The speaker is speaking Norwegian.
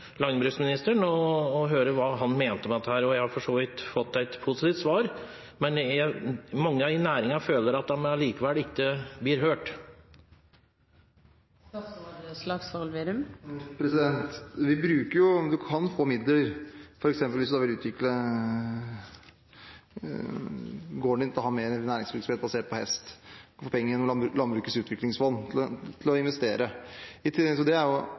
landbruksministeren og høre hva han mener om den. Jeg har for så vidt fått et positivt svar, men mange i næringen føler likevel at de ikke blir hørt. Du kan få midler, f.eks. hvis du har utviklet gården din til å ha mer næringsvirksomhet basert på hest. Du kan få penger gjennom Landbrukets utviklingsfond til å investere. I tillegg til det kommer positiv stimuli – som vi bruker over mitt budsjett – for å stimulere til mer hest i